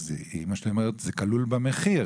אז אמא שלי אומרת: זה כלול במחיר,